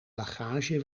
bagage